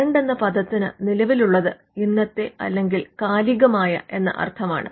current എന്ന പദത്തിന് നിലവിലുള്ളത് ഇന്നത്തെ അല്ലെങ്കിൽ കാലികമായ എന്ന അർത്ഥമുണ്ട്